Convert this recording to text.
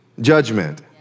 judgment